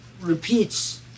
repeats